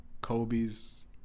Kobe's